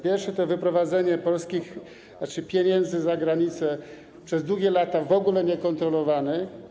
Pierwsze to wyprowadzenie pieniędzy za granicę, przez długie lata w ogóle nie kontrolowane.